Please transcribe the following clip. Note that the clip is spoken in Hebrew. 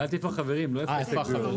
שאלתי איפה החברים, לא איפה ההסתייגויות.